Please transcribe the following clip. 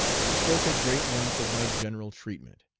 he spoke at great length of my general treatment.